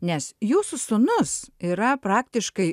nes jūsų sūnus yra praktiškai